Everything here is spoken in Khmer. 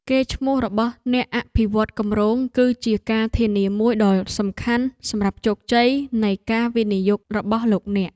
កេរ្តិ៍ឈ្មោះរបស់អ្នកអភិវឌ្ឍន៍គម្រោងគឺជាការធានាមួយដ៏សំខាន់សម្រាប់ជោគជ័យនៃការវិនិយោគរបស់លោកអ្នក។